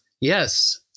yes